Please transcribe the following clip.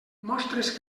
mostres